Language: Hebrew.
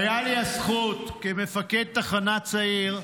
הייתה לי הזכות, כמפקד תחנה צעיר,